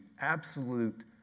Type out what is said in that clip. absolute